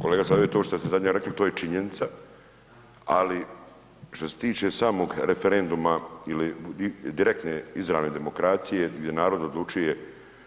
Kolega, sad je to što ste zadnje rekli, to je činjenica, ali što se tiče samog referenduma ili direktne izravne demokracije gdje narod odlučuje